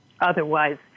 Otherwise